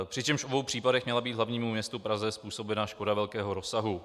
Přičemž v obou případech měla být hlavnímu městu Praze způsobena škoda velkého rozsahu.